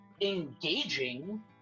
engaging